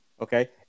Okay